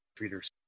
treaters